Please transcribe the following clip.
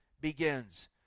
begins